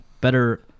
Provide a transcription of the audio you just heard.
better